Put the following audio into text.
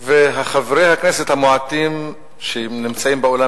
וחברי הכנסת המעטים שנמצאים באולם,